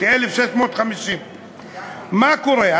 1,650. מה קורה?